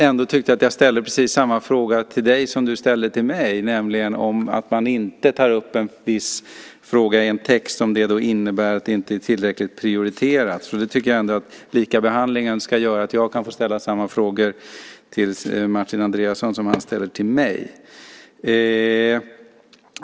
Ändå tyckte jag att jag ställde precis samma fråga till dig som du ställde till mig: Om man inte tar upp en viss fråga i en text, innebär det då att den inte är tillräckligt prioriterad? Jag tycker nog att likabehandlingen bör göra att jag kan få ställa samma frågor till Martin Andreasson som han ställer till mig.